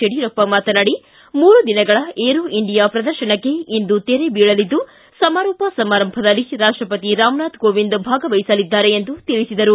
ಯಡಿಯೂರಪ್ಪ ಮಾತನಾಡಿ ಮೂರು ದಿನಗಳ ಏರೋ ಇಂಡಿಯಾ ಪ್ರದರ್ಶನಕ್ಕೆ ಇಂದು ತೆರೆ ಬೀಳಲಿದ್ದು ಸಮಾರೋಪ ಸಮಾರಂಭದಲ್ಲಿ ರಾಷ್ಟಪತಿ ರಾಮನಾಥ್ ಕೋವಿಂದ್ ಭಾಗವಹಿಸಲಿದ್ದಾರೆ ಎಂದು ತಿಳಿಸಿದರು